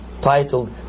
titled